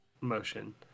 motion